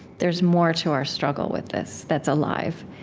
there's more to our struggle with this that's alive